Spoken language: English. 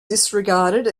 disregarded